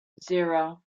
zero